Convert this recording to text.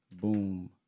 boom